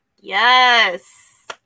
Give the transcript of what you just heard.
Yes